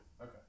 Okay